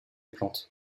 plantes